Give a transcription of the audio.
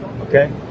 Okay